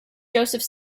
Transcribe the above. joseph